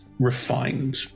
Refined